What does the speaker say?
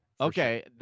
Okay